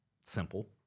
simple